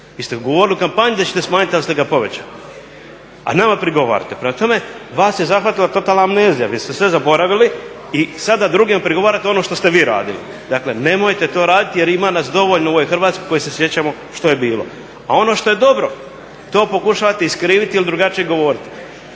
vi ste govorili u kampanji da ćete smanjiti ali ste ga povećali, a nama prigovarate. Prema tome, vas je zahvatila totalna amnezija, vi ste sve zaboravili i sada drugom prigovarate ono što ste vi radili. Dakle nemojte to raditi jel nas ima dovoljno u ovoj Hrvatskoj što je bilo. A ono što je dobro to pokušavate iskriviti jel drugačije govorite.